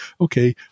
okay